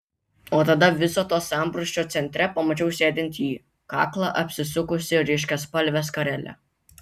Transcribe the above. o tada viso to sambrūzdžio centre pamačiau sėdint jį kaklą apsisukusį ryškiaspalve skarele